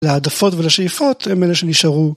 להעדפות ולשאיפות הם אלה שנשארו.